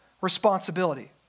responsibility